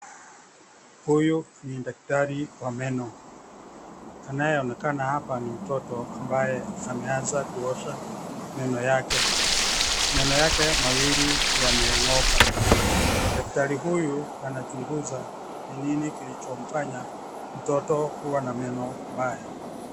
Huyu ni daktari wa meno. Anayeonekana hapa ni mtoto ambaye ameanza kuoza meno yake. Meno yake mawili yameng'oka. Daktari huyu anachunguza ni nini kilichomfanya mtoto kuwa na meno mbaya.